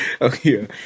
Okay